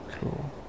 Cool